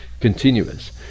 continuous